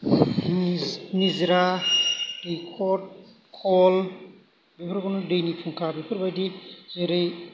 निजोरा दैख'र ख'ल बेफोरखौनो दैनि फुंखा बेफोरबायदि जेरै